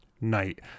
night